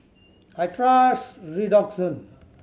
I trust Redoxon